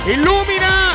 Illumina